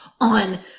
on